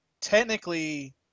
technically